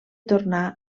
tornar